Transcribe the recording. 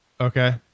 Okay